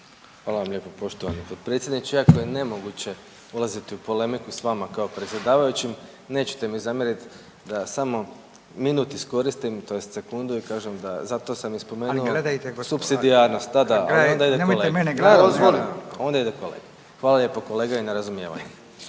Hvala vam lijepo poštovani potpredsjedniče. Iako je nemoguće ulaziti u polemiku s vama kao predsjedavajućim nećete mi zamjerit da smo minut iskoristim tj. sekundu i kažem da zato sam i spomenuo supsidijarnost, da, da, …/Govornici govore u isto vrijeme./… onda ide kolega. Hvala lijepo kolega i na razumijevanju.